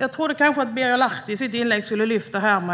Jag trodde kanske att Birger Lahti i sitt inlägg skulle lyfta fram